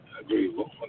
Agreeable